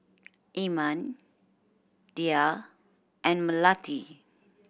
Iman Dhia and Melati